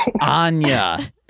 Anya